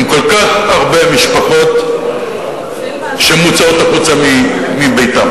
כל כך הרבה משפחות שמוצאות החוצה מביתן.